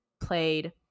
played